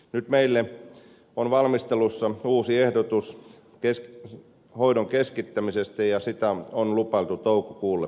nyt meille on valmistelussa uusi ehdotus hoidon keskittämisestä ja sitä on lupailtu toukokuulle